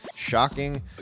shocking